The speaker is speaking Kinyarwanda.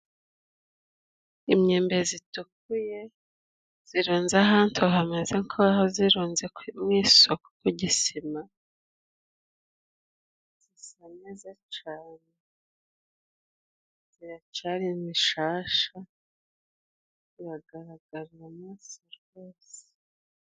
Imyembe zitukuye zirunze ahantu hameze nk'aho zirunze mu isoko ku gisima, zisa neza cane, ziracari nshasha, ziragaragara neza rwose.